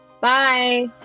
bye